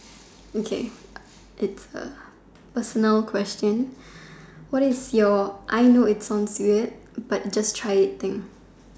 okay it's a personal question what is your I know it sounds weird but just try it thing